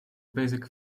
basic